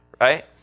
right